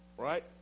right